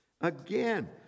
Again